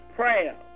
prayer